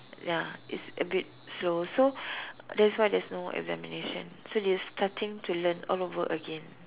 ya it's a bit slow so that's why there's no examination so they starting to learn all over again